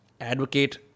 advocate